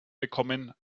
bekommen